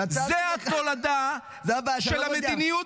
נתתי לך --- זאת התולדה של המדיניות